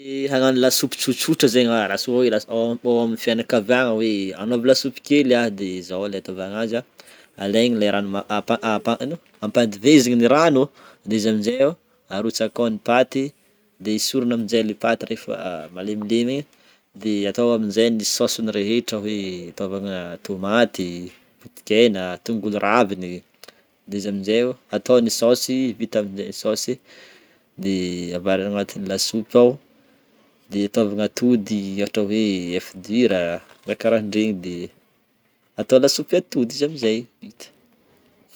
Tie ahandro pomme de terre ndreky antegna de tsy mentsy voasana izy mazava ho azy alôha satria misy hodiny ratsiratsy be ze izy de voasagna le pomme de terre, de izy amin'ize efa pare paré ake ny menaka afagnaro azy, ohatra hoe afagnaro menaka, na afagnaro hena mety fogna igny mety fo. Ohatra hoe ahandro pomme de terre fogna, de voasana izy, de amin'ize efa pare ake menaka, arotsaka ny menaka, malemy tsara ze vô esorina aminje, atôgnao sirakely a tiavanô azy.